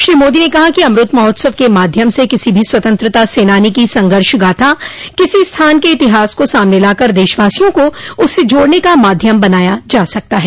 श्री मोदी ने कहा कि अमृत महोत्सव के माध्यम से किसी भी स्वतंत्रता सेनानी की संघर्ष गाथा किसी स्थान के इतिहास को सामने लाकर देशवासियों को उससे जोड़ने का माध्यम बनाया जा सकता है